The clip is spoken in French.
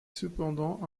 cependant